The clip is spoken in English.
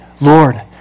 Lord